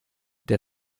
der